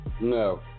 No